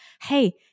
hey